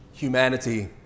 Humanity